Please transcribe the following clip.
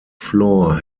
floor